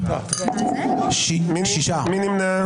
מי נמנע?